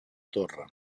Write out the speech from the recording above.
torre